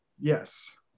yes